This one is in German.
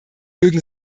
mögen